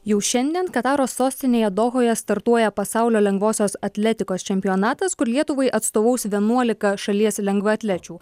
jau šiandien kataro sostinėje dohoje startuoja pasaulio lengvosios atletikos čempionatas kur lietuvai atstovaus vienuolika šalies lengvaatlečių